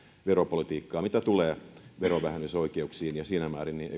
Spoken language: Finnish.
veropolitiikkaa mitä tulee verovähennysoikeuksiin siinä